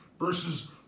versus